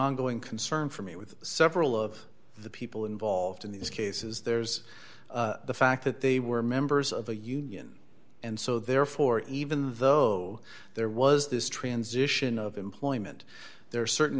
ongoing concern for me with several of the people involved in these cases there's the fact that they were members of a union and so therefore even though there was this transition of employment there are certain